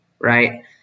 right